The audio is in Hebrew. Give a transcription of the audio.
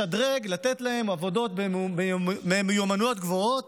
לשדרג, לתת להם עבודות במיומנויות גבוהות.